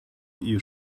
you